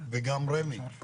וגם רמ"י.